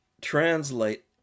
translate